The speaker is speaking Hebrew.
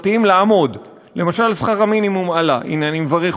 אני חושב שצריך לעמוד על הדבר הזה ולהגיד: לא ייתכן